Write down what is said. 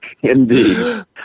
indeed